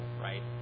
right